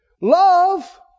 Love